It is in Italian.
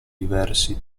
diversi